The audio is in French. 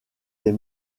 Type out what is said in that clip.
des